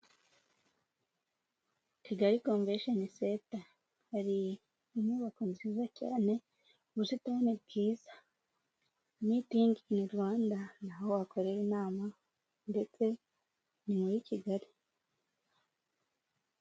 Kigali convention center hari inyubako nziza cyane mu busitani bwiza metingi ini Rwanda naho bakorera inama ndetse ni muri Kigali.